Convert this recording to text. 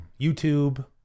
youtube